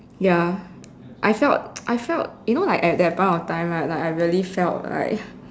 ya I felt I felt you know like at that point of time right like I really felt like